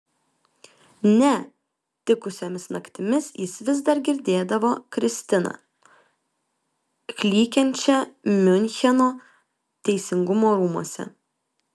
ne tikusiomis naktimis jis vis dar girdėdavo kristiną klykiančią miuncheno teisingumo rūmuose